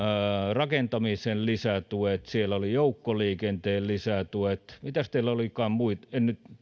rakentamisen lisätuet siellä oli joukkoliikenteen lisätuet mitäs teillä olikaan muita en nyt